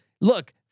Look